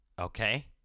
Okay